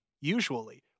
usually